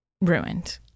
ruined